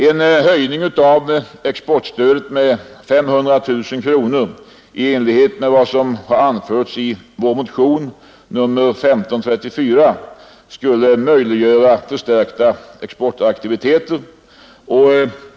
En höjning av exportstödet med 500 000 kronor i enlighet med vad som anförs i vår motion nr 1534 skulle möjliggöra förstärkta exportaktiviteter.